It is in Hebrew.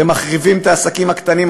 אתם מחריבים את העסקים הקטנים.